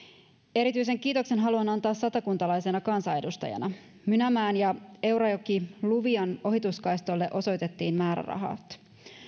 erityisen kiitoksen haluan antaa satakuntalaisena kansanedustajana mynämäen ja eurajoen luvian ohituskaistoille osoitettiin määrärahat